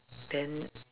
then